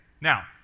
now